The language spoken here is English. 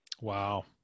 Wow